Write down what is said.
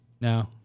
No